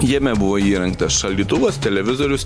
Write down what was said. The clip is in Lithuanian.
jame buvo įrengtas šaldytuvas televizorius